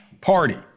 party